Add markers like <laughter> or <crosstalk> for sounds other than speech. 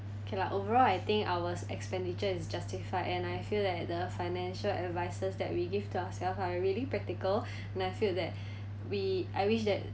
okay lah overall I think ours expenditure is justified and I feel that the financial advices that we give to ourselves are really practical <breath> and I feel that <breath> we I wish that